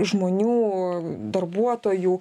žmonių darbuotojų